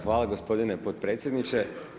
Hvala gospodine potpredsjedniče.